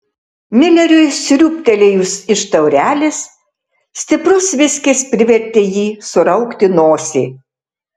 mileriui sriūbtelėjus iš taurelės stiprus viskis privertė jį suraukti nosį